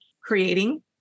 creating